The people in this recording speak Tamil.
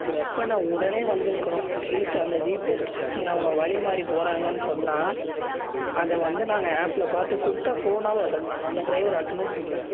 புக் பண்ண உடனே வந்திருக்கணும் அட்லீஸ்ட் அந்த ஜிபிஎஸ் ட்ராக்கிங் அவங்க வழிமாறி போறாங்கன்னு சொன்னால் அதை வந்து நாங்கள் ஆப்பில் பார்த்து கூப்பிட்டா ஃபோனாவது அட்டென் பண்ணணும் அந்த ட்ரைவர் அட்டனும் பண்ணல